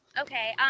Okay